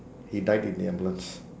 he died in the ambulance